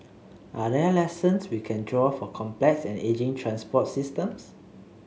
are there lessons we can draw for complex and ageing transport systems